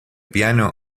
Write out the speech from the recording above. piano